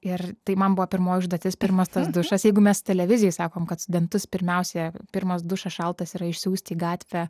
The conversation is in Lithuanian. ir tai man buvo pirmoji užduotis pirmas tas dušas jeigu mes televizijoj sakom kad studentus pirmiausia pirmas dušas šaltas yra išsiųsti į gatvę